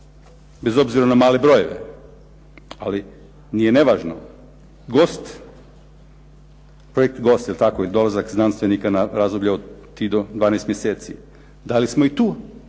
bez obzira na male brojeve ali nije nevažno. Gost, projekt "Gost" i dolazak znanstvenika na razdoblje od 3 do 12 mjeseci. Da li smo i tu